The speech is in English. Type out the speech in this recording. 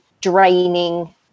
draining